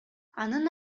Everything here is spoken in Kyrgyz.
анын